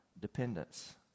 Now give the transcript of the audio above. dependence